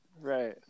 right